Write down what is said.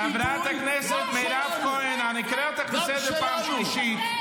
חברת הכנסת כהן, אני קורא אותך לסדר פעם שנייה.